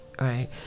right